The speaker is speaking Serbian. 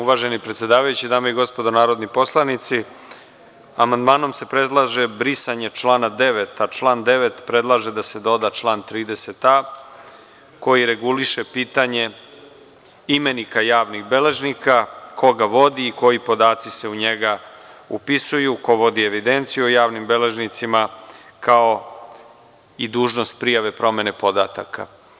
Uvaženi predsedavajući, dame i gospodo narodni poslanici, amandmanom se predlaže brisanje člana 9, a član 9. predlaže da se doda član 30a. koji reguliše pitanje imenika javnih beležnika, ko ga vodi i koji podaci se u njega upisuju, ko vodi evidenciju o javnim beležnicima, kao i dužnost prijave promene podataka.